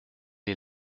est